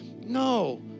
No